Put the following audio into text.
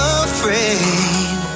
afraid